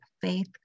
faith